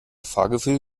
fahrgefühl